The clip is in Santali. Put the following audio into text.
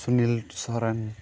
ᱥᱩᱱᱤᱞ ᱥᱚᱨᱮᱱ